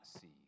see